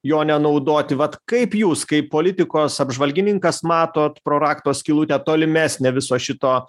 jo nenaudoti vat kaip jūs kaip politikos apžvalgininkas matot pro rakto skylutę tolimesnę viso šito